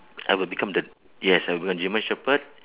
I will become the yes I want german shepherd